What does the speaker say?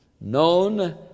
Known